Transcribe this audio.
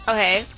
Okay